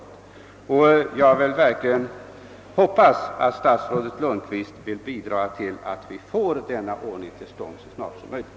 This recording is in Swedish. Jag hoppas livligt att statsrådet Lundkvist vill bidra till att denna ordning kommer till stånd så snart som möjligt.